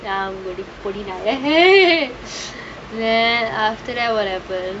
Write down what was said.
I'm for dinner then after that or whatever